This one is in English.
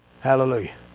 Hallelujah